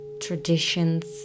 traditions